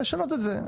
לשנות את זה.